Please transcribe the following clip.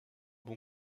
bon